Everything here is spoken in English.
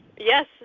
Yes